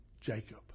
Jacob